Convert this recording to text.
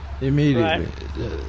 immediately